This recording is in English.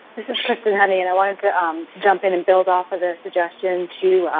this is kristen honey, and i wanted to um jump in and build off of the suggestion, too,